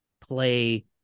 play